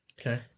Okay